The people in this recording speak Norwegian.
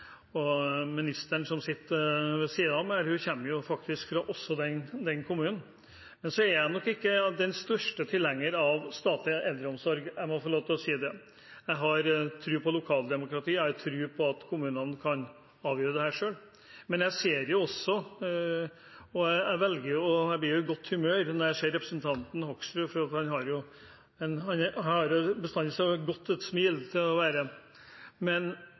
den kommunen. Men jeg er nok ikke den største tilhenger av statlig eldreomsorg – jeg må få lov til å si det. Jeg har tro på lokaldemokratiet. Jeg har tro på at kommunene kan avgjøre dette selv. Jeg blir i godt humør når jeg ser representanten Hoksrud, for han har bestandig et så godt smil, men uavhengig av det tror jeg at vi er nødt til å gå noen runder på hvordan vi rigger primæromsorgen vår. Er det sikkert at